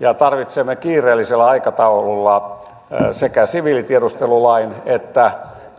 ja tarvitsemme kiireellisellä aikataululla sekä siviilitiedustelulain että